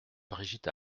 brigitte